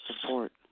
Support